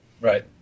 Right